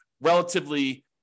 relatively